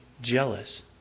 jealous